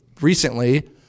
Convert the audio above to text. recently